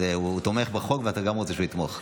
אז הוא תומך בחוק, ואתה גם רוצה שהוא יתמוך.